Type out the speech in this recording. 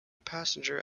passenger